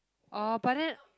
oh but then